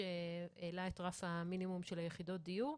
העלה את רף המינימום של יחידות הדיור.